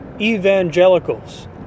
evangelicals